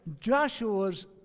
Joshua's